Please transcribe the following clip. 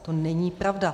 To není pravda.